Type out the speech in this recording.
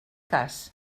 cas